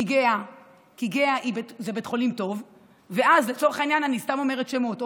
כי גהה זה בית חולים טוב, אני סתם אומרת שמות,